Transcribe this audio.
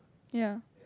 ya